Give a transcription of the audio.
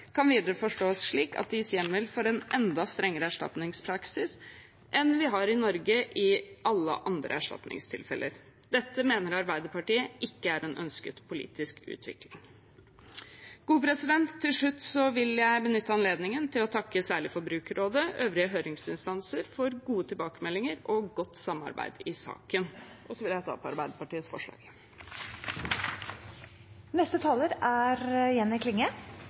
kan videre forstås slik at det gis hjemmel for en enda strengere erstatningspraksis enn vi har i Norge i alle andre erstatningstilfeller. Dette mener Arbeiderpartiet ikke er en ønsket politisk utvikling. Til slutt vil jeg benytte anledningen til å takke særlig Forbrukerrådet og øvrige høringsinstanser for gode tilbakemeldinger og godt samarbeid i saken. Først vil eg få takke kollegaene mine i komiteen og ikkje minst saksordføraren for jobben med denne saka og for samarbeidet. Det er